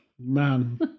Man